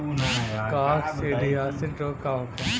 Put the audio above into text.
काकसिडियासित रोग का होखे?